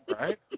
Right